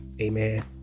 amen